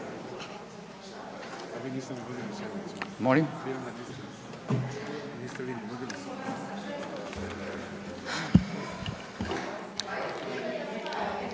Možda